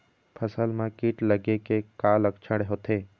फसल म कीट लगे के का लक्षण होथे?